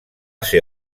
ser